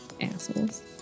Assholes